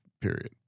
period